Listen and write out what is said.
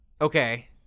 Okay